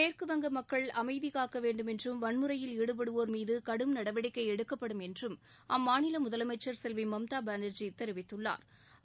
மேற்கு வங்க மக்கள் அமைதி காக்க வேண்டும் என்றும் வன்முறையில் ஈடுபடுவோர் மீது கடும் நடவடிக்கை எடுக்கப்படும் என்றும் அம்மாநில முதலமைச்ச் செல்வி மம்தா பானா்ஜி தெரிவித்துள்ளாா்